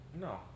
no